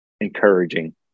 encouraging